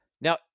Now